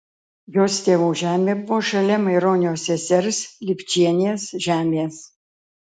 jos tėvų žemė buvo šalia maironio sesers lipčienės žemės